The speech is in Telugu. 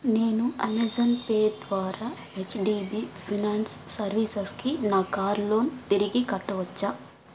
నేను అమెజాన్ పే ద్వారా హెచ్డీబీ ఫినాన్స్ సర్వీసెస్కి నా కార్ లోన్ తిరిగి కట్టవచ్చా